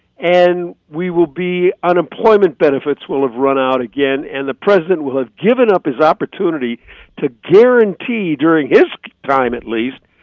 and we will be. unemployment benefits will have run out again and the president will have given up his opportunity to guarantee during his time, at least,